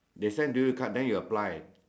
they send to you the card then you apply